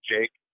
Jake